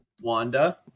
Wanda